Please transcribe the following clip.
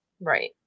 right